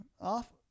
off